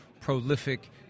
prolific